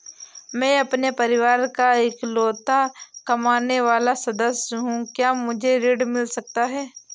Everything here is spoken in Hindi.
मैं अपने परिवार का इकलौता कमाने वाला सदस्य हूँ क्या मुझे ऋण मिल सकता है?